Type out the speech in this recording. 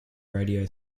radio